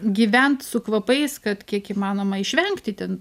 gyvent su kvapais kad kiek įmanoma išvengti ten